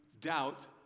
doubt